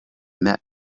met